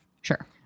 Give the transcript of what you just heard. Sure